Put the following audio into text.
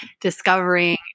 discovering